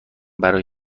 برای